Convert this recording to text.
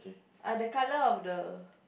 uh the colour of the